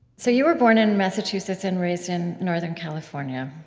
so you were born in massachusetts and raised in northern california.